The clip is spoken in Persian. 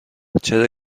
چرا